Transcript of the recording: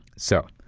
so,